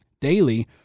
daily